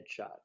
headshots